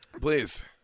Please